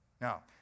Now